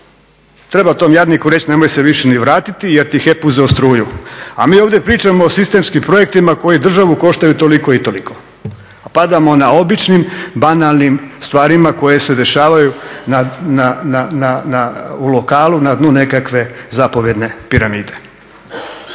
Treba tom jadniku reći nemoj se više ni vratiti jer ti je HEP uzeo struju. A mi ovdje pričamo o sistemskim projektima koji državu koštaju toliko i toliko. A padamo na običnim, banalnim stvarima koje se dešavaju u lokalu na dnu nekakve zapovjedne piramide.